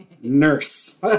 nurse